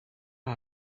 aka